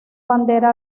bandera